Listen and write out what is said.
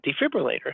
defibrillator